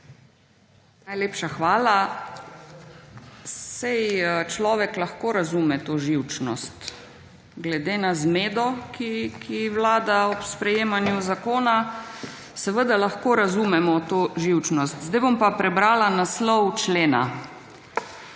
SAB):** Hvala. Saj človek lahko razume to živčnost glede na zmedo, ki vlada ob sprejemanju zakona seveda lahko razumemo to živčnost. Sedaj bom pa prebrala naslov člena.